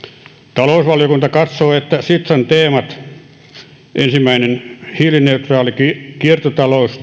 talousvaliokunta katsoo että sitran teemat ensimmäisenä hiilineutraali kiertotalous